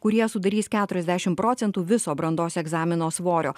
kurie sudarys keturiasdešim procentų viso brandos egzamino svorio